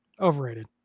Overrated